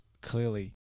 clearly